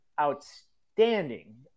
outstanding